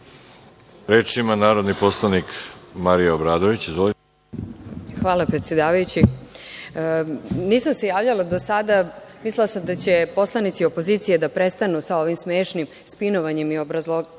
Reč ima narodni poslanik Marija Obradović. **Marija Obradović** Hvala, predsedavajući. Nisam se javljala do sada. Mislila sam da će poslanici opozicije da prestanu sa ovim smešnim spinovanjem i obrazlaganjem